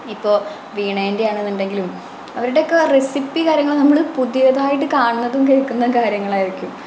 ഇപ്പോൾ വീണേൻ്റെ ആണെന്നുണ്ടെങ്കിലും അവരുടെയൊക്കെ റെസിപ്പി കാര്യങ്ങൾ നമ്മൾ പുതിയതായിട്ട് കാണുന്നതും കേൾക്കുന്ന കാര്യങ്ങളായിരിക്കും